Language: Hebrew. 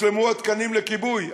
האם הושלמו התקנים לכיבוי?